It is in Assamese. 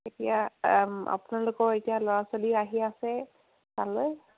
এতিয়া আপোনালোকৰ এতিয়া ল'ৰা ছোৱালী আহি আছে তালৈ